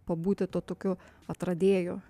pabūti tuo tokiu atradėju